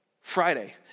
Friday